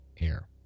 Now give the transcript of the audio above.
air